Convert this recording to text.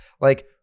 Like-